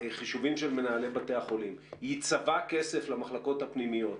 בחישובים של מנהלי בתי החולים ייצבע כסף למחלקות הפנימיות,